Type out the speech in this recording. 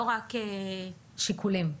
שיקולים.